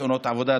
תאונות עבודה,